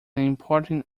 important